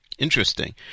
Interesting